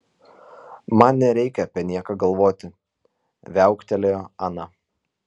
man nereikia apie nieką galvoti viauktelėjo ana